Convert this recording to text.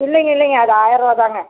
இல்லைங்க இல்லைங்க அது ஆயர்ருபாதாங்க